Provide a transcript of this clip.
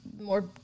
more